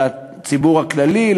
לציבור הכללי,